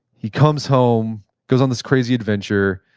he comes home, goes on this crazy adventure,